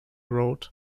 road